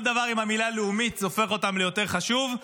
כל דבר עם המילה "לאומית" הופך אותם ליותר חשובים,